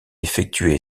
effectué